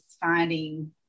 finding